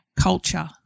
culture